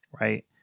right